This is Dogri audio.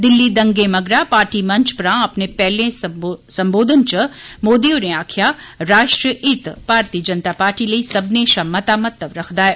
दिल्ली दंगें मगरा पार्टी मंच परां अपने पैहले सम्बोधन च मोदी होरें आक्खेया राष्ट्रीय हित भारती जनता पार्टी लेई सब्बने शा मता महत्व रखदा ऐ